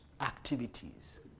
activities